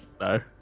No